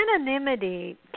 anonymity